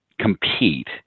compete